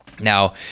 Now